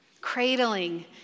cradling